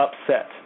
upset